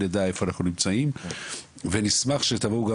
נדע איפה אנחנו נמצאים ונשמח שתבואו גם